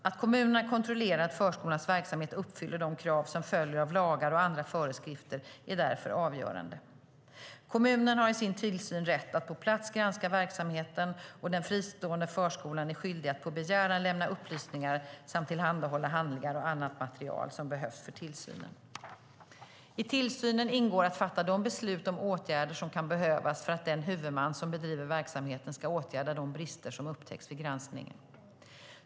Att kommunerna kontrollerar att förskolornas verksamhet uppfyller de krav som följer av lagar och andra föreskrifter är därför avgörande. Kommunen har i sin tillsyn rätt att på plats granska verksamheten, och den fristående förskolan är skyldig att på begäran lämna upplysningar samt tillhandahålla handlingar och annat material som behövs för tillsynen. I tillsynen ingår att fatta de beslut om åtgärder som kan behövas för att den huvudman som bedriver verksamheten ska åtgärda de brister som upptäckts vid granskningen.